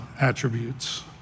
attributes